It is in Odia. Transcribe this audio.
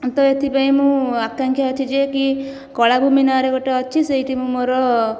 ତ ଏଥିପାଇଁ ମୁଁ ଆକାଂକ୍ଷା ଅଛି ଯେ କି କଳାଭୂମି ନାଁରେ ଗୋଟିଏ ଅଛି ସେହିଠି ମୁଁ ମୋର